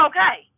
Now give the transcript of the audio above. Okay